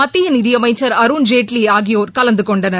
மத்திய நிதியமைச்சர் அருண் ஜேட்லி ஆகியோர் கலந்து கொண்டனர்